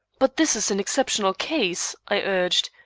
but this is an exceptional case, i urged,